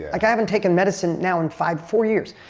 i haven't taken medicine now in five, four years.